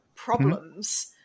problems